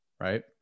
Right